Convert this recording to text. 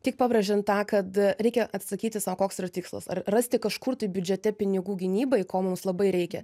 tik pabrėžiant kad reikia atsakyti sau koks yra tikslas ar rasti kažkur tai biudžete pinigų gynybai ko mums labai reikia